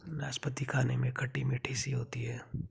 नाशपती खाने में खट्टी मिट्ठी सी होती है